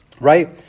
Right